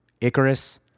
Icarus